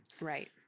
Right